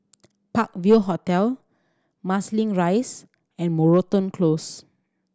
Park View Hotel Marsiling Rise and Moreton Close